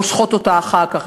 והן מושכות אותה אחר כך,